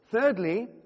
Thirdly